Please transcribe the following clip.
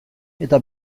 eta